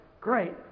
Great